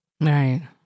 right